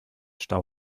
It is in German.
stau